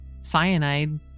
cyanide